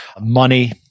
money